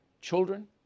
children